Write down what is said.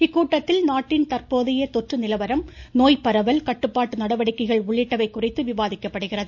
இக்கூட்டத்தில் நாட்டின் தந்போதைய நிலவரம் நோய் பரவல் கட்டுப்பாட்டு நடவடிக்கைகள் உள்ளிட்டவை குறித்து விவாதிக்கப்படுகிறது